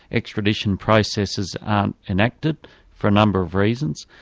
extradition processes aren't enacted for a number of reasons,